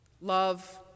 Love